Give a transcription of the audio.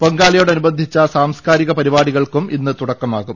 പൊങ്കാലയോടനുബന്ധിച്ച സാംസ്കാരിക പരിപാടികൾക്കും ഇന്ന് തുടക്കമാകും